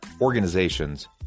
organizations